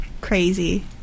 Crazy